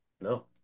No